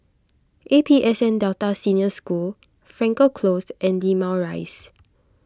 A P S N Delta Senior School Frankel Closed and Limau Rise